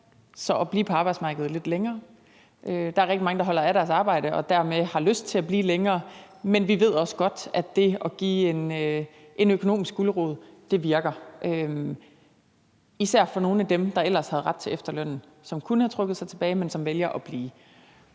– at blive på arbejdsmarkedet lidt længere. Der er rigtig mange, der holder af deres arbejde og dermed har lyst til at blive længere. Men vi ved også godt, at det med at give en økonomisk gulerod virker, især for nogle af dem, der ellers ville have ret til efterløn, og som kunne have trukket sig tilbage, men som vælger at blive.